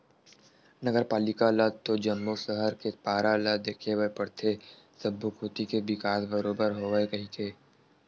नगर पालिका ल तो जम्मो सहर के पारा ल देखे बर परथे सब्बो कोती के बिकास बरोबर होवय कहिके